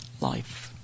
life